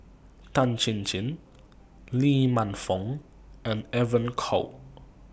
Tan Chin Chin Lee Man Fong and Evon Kow